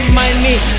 money